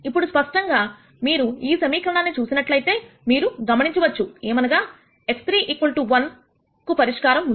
ఇప్పుడు స్పష్టంగా మీరు ఈ సమీకరణాన్ని చూసినట్లయితే మీరు గమనించవచ్చు ఏమనగా x3 1 కు పరిష్కారం ఉంది